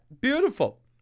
beautiful